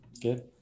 Good